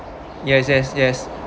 yes yes yes